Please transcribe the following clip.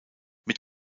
mit